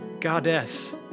goddess